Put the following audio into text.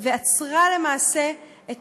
ועצרה למעשה את